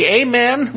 amen